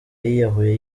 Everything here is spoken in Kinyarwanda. yiyahuye